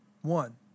one